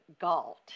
Galt